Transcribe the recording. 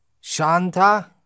Shanta